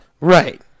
Right